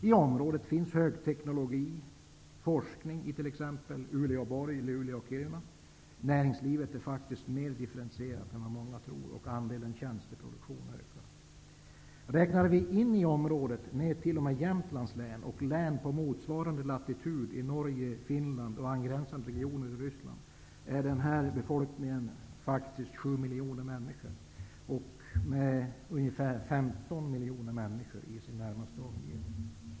I området finns tillgång till kunskap om högteknologi och forskningsresurser i t.ex. Uleåborg, Luleå och Kiruna. Näringslivet är faktiskt mer differentierat än vad många tror, och andelen tjänsteproduktion ökar. Om vi räknar in i detta område den del av landet som går ned t.o.m. Jämtlands län och län på motsvarande latitud i Norge, Finland och angränsande regioner i Ryssland, finner vi att här finns 7 miljoner människor. Det finns ungefär 15 miljoner människor i den närmaste omgivningen.